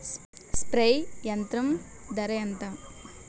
Spray యంత్రం ధర ఏంతా?